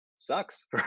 sucks